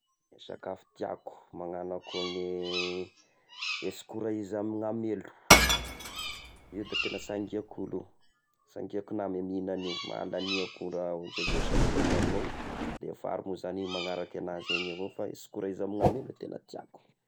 Sakafo tiako magnano akoho amy misy kora izy zagny na amy helo, io da tegna sy angiako aloh, sy angiako nama io na olo, alagniako io rah ohatry iza sah laoka amignao, dia vary mo zany magnaraky agnazy eny avao fa izy kora amin'azy igny tegna tiako.